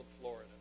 Florida